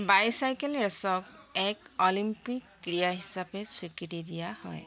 bicycle ৰেচক এক Olympic ক্ৰীড়া হিচাপে স্বীকৃতি দিয়া হয়